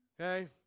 Okay